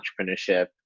entrepreneurship